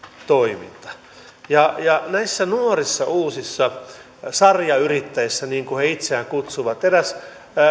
toiminta näistä nuorista uusista sarjayrittäjistä niin kuin he itseään kutsuvat eräs